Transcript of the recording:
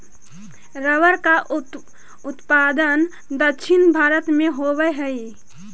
rubber का उत्पादन दक्षिण भारत में होवअ हई